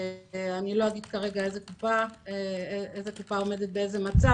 אני לא אגיד כרגע איזו קופה עומדת באיזה מצב.